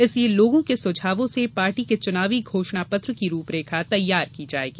इसलिये लोगों के सुझावों से पार्टी के चुनावी घोषणा पत्र की रूपरेखा तैयार की जायेगी